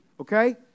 okay